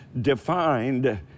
defined